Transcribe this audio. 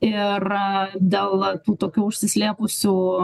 ir dėl tų tokių užsislėpusių